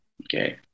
okay